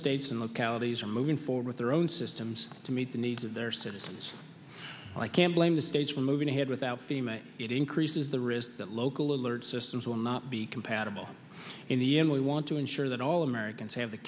states and localities are moving forward with their own systems to meet the needs of their citizens i can't blame the stage for moving ahead without female it increases the risk that local alert systems will not be compatible in the end we want to ensure that all americans have the